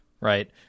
Right